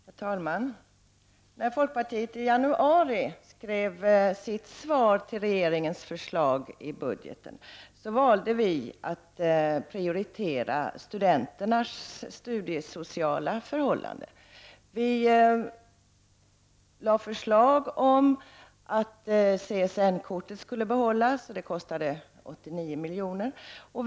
Herr talman! När vi i folkpartiet i januari skrev vårt svar till regeringens förslag i budgeten, valde vi att prioritera studenternas studiesociala förhållanden. Vi lade förslag om att CSN-kortet skulle behållas — det skulle kosta 89 milj.kr.